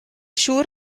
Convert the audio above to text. siŵr